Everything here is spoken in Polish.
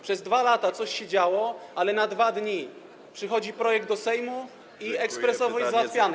Przez 2 lata coś się działo, ale na 2 dni przychodzi projekt do Sejmu i ekspresowo jest załatwiany.